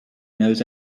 knows